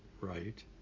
right